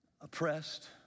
oppressed